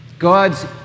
God's